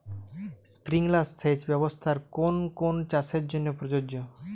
Sprinkler সেচ ব্যবস্থার কোন কোন চাষের জন্য প্রযোজ্য?